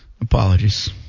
apologies